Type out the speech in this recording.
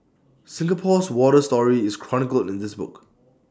Singapore's water story is chronicled in this book